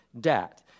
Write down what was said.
debt